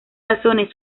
razones